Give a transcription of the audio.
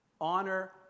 honor